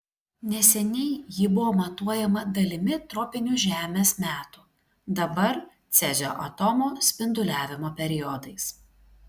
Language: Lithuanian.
neseniai ji buvo matuojama dalimi tropinių žemės metų dabar cezio atomo spinduliavimo periodais